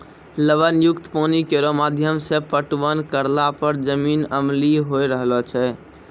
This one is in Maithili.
लवण युक्त पानी केरो माध्यम सें पटवन करला पर जमीन अम्लीय होय रहलो छै